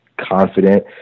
confident